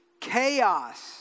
Chaos